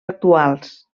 actuals